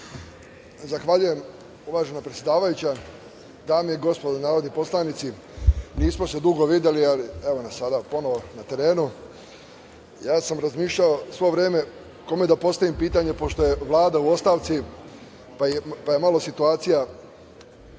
Zahvaljujem, uvažena predsedavajuća. Dame i gospodo narodni poslanici, nismo se dugo videli, ali evo nas sada ponovo na terenu. Razmišljao sam svo vreme kome da postavim pitanje pošto je Vlada u ostavci pa je malo situacija,